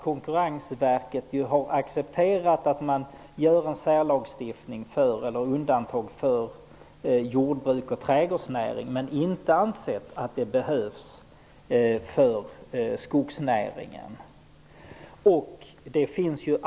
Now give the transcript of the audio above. Konkurrensverket har accepterat undantag för jordbruk och trädgårdsnäring men inte ansett att det behövs för skogsnäringen.